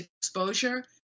exposure